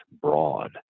broad